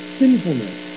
sinfulness